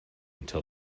until